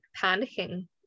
panicking